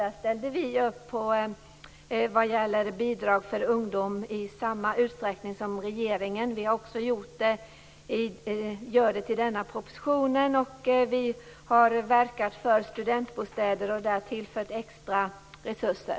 Där ställde vi upp på bidrag för ungdom i samma utsträckning som regeringen. Vi har också gjort det i samband med den här propositionen. Dessutom har vi verkat för studentbostäder och där tillfört extra resurser.